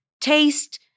taste